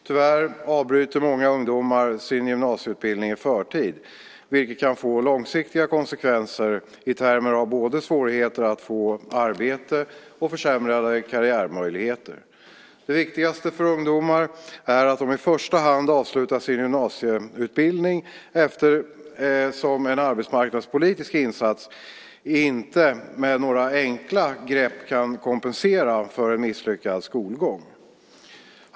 Tyvärr avbryter många ungdomar sin gymnasieutbildning i förtid, vilket kan få långsiktiga konsekvenser i termer av både svårigheter att få arbete och försämrade karriärmöjligheter. Det viktigaste för ungdomar är att de i första hand avslutar sin gymnasieutbildning eftersom en arbetsmarknadspolitisk insats inte med några enkla grepp kan kompensera för en misslyckad skolgång.